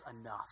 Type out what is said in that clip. enough